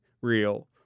real